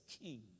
king